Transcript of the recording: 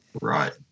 Right